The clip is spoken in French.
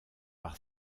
par